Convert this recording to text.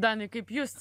danai kaip jūs